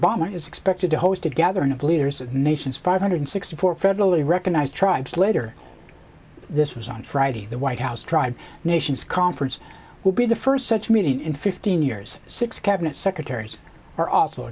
a is expected to host a gathering of leaders of nations five hundred sixty four federally recognized tribes later this was on friday the white house tribe nations conference will be the first such meeting in fifteen years six cabinet secretaries are also